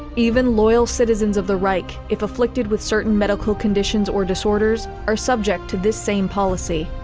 even loyal citizens of the reich, if afflicted with certain medical conditions or disorders are subject to this same policy.